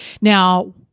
Now